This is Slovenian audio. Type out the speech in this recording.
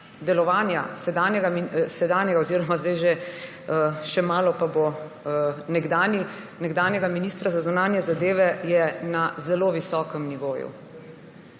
delovanja sedanjega oziroma še malo pa bo nekdanji, nekdanjega ministra za zunanje zadeve na zelo visokem nivoju.